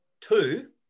Two